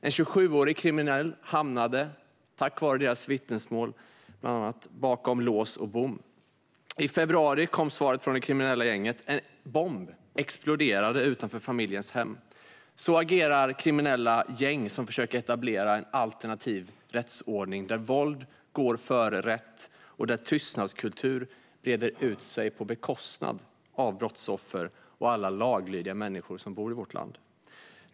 En 27-årig kriminell hamnade, bland annat tack vare deras vittnesmål, bakom lås och bom. I februari kom svaret från det kriminella gänget: En bomb exploderade utanför familjens hem. Så agerar kriminella gäng som försöker etablera en alternativ rättsordning där våld går före rätt och där tystnadskultur breder ut sig på bekostnad av brottsoffer och alla laglydiga människor som bor i vårt land.